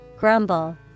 Grumble